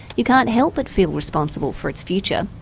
you can't help but feel responsible for its future.